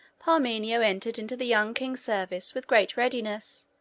parmenio entered into the young king's service with great readiness,